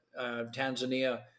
Tanzania